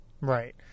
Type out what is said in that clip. Right